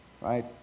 right